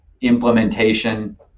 implementation